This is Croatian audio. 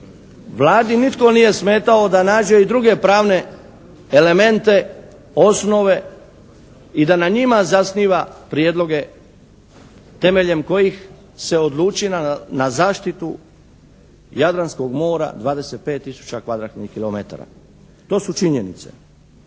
Vladi nitko nije smetao da nađe i druge pravne elemente osnove i da na njima zasniva prijedloge temeljem kojih se odlučila na zaštitu Jadranskog mora 25 tisuća kvadratnih